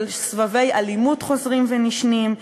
של סבבי אלימות חוזרים ונשנים,